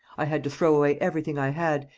i had to throw away everything i had,